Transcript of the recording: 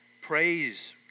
praise